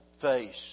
face